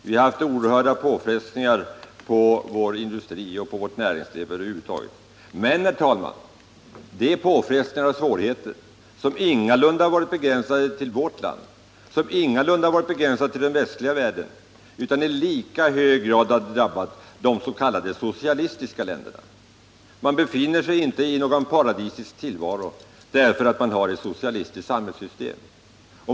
Vi har haft oerhörda påfrestningar på vår industri och på vårt näringsliv över huvud taget. Men, herr talman, det är påfrestningar och svårigheter som ingalunda varit begränsade till vårt land eller till den västliga världen, utan de har i lika hög grad drabbat des.k. socialistiska länderna. Man befinner sig inte i någon paradisisk tillvaro bara därför att man har ett socialistiskt samhällssystem.